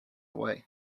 away